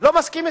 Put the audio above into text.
לא מסכים אתך,